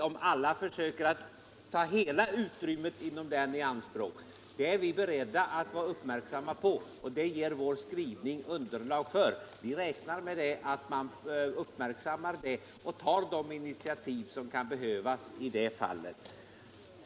Vår skrivning ger också underlag för att vi räknar med att man bör uppmärksamma detta och ta de initiativ som kan behövas i det fallet.